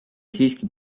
siiski